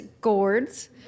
gourds